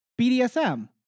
BDSM